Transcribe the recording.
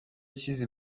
چیزی